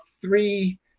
three